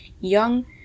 young